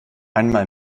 einmal